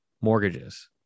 mortgages